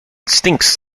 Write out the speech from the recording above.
stinks